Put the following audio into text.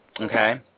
okay